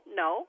no